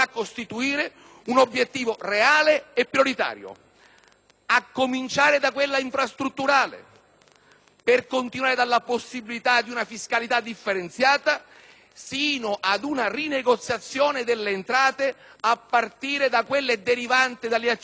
a cominciare da quella infrastrutturale, per continuare con la possibilità di una fiscalità differenziata, sino ad una rinegoziazione delle entrate, prime fra tutte quelle derivanti dalle accise sugli idrocarburi raffinati nei territori regionali.